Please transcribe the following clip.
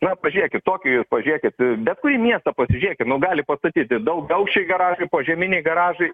na pažiūrėkit tokijų jūs pažiūrėkit bet kurį miestą pasižiūrėkit nu gali pastatyti daugiaaukščiai garažai požeminiai garažai